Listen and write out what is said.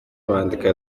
bandika